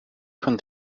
von